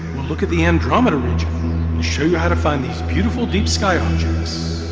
we'll look at the andromeda region, and show you how to find these beautiful deep sky objects